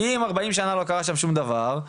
כי, אם ארבעים שנה לא קרה שם שום דבר ---,